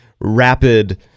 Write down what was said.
rapid